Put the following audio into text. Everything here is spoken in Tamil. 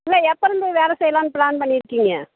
இல்லை எப்போருந்து வேலை செய்லாம்ன்னு ப்ளான் பண்ணியிருக்கீங்க